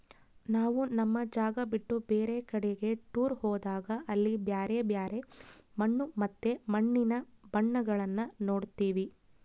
ನಾವು ನಮ್ಮ ಜಾಗ ಬಿಟ್ಟು ಬೇರೆ ಕಡಿಗೆ ಟೂರ್ ಹೋದಾಗ ಅಲ್ಲಿ ಬ್ಯರೆ ಬ್ಯರೆ ಮಣ್ಣು ಮತ್ತೆ ಮಣ್ಣಿನ ಬಣ್ಣಗಳನ್ನ ನೋಡ್ತವಿ